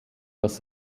das